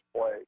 play